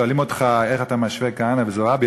שואלים אותך איך אתה משווה את כהנא וזועבי.